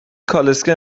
کالسکه